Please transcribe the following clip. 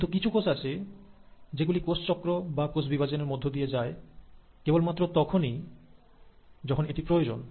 কিন্তু কিছু কোষ আছে যেগুলি কোষ চক্র বা কোষ বিভাজনের মধ্য দিয়ে যায় কেবল মাত্র তখনই যখন এটি প্রয়োজন